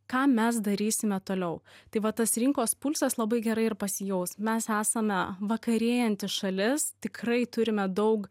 ką mes darysime toliau tai va tas rinkos pulsas labai gerai ir pasijaus mes esame vakarėjanti šalis tikrai turime daug